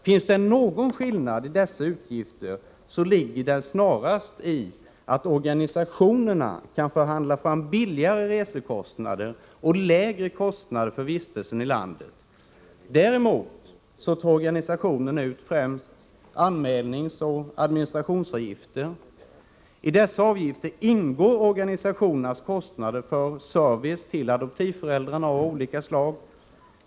Finns det någon skillnad i dessa utgifter, så ligger den snarast i att organisationerna kan förhandla fram billigare resekostnader och lägre kostnader för vistelsen i landet. Däremot tar organisationerna ut främst anmälningsoch administrationsavgifter. I dessa avgifter ingår organisationernas kostnader för service av olika slag till adoptivföräldrarna.